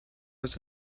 was